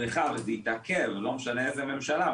לא משנה איזו ממשלה,